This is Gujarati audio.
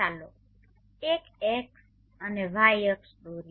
ચાલો એક x અને y અક્ષ દોરીએ